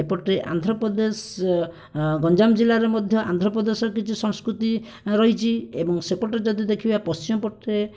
ଏପଟେ ଆନ୍ଧ୍ରପ୍ରଦେଶ ଗଞ୍ଜାମ ଜିଲ୍ଲାର ମଧ୍ୟ ଆନ୍ଧ୍ରପ୍ରଦେଶର ସଂସ୍କୃତି ରହିଛି ସେପଟେ ଯଦି ଦେଖିବା ପଶ୍ଚିମ ପଟରେ